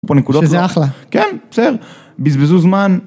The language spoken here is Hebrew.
בנקודות שזה אחלה כן בסדר בזבזו זמן.